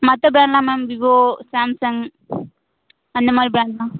மற்ற ப்ராண்ட்டெலாம் ma'am Vivo Samsung அந்த மாதிரி ப்ராண்ட்டெலாம்